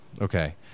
Okay